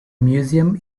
museum